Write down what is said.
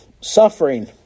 suffering